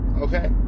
okay